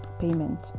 payment